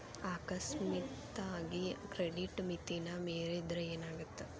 ಅಕಸ್ಮಾತಾಗಿ ಕ್ರೆಡಿಟ್ ಮಿತಿನ ಮೇರಿದ್ರ ಏನಾಗತ್ತ